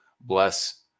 bless